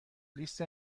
لیست